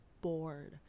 bored